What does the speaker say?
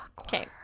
okay